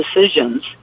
decisions